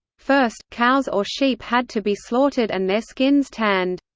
first, cows or sheep had to be slaughtered and their skins tanned.